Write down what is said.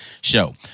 show